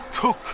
took